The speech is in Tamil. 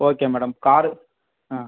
okay madam garu ah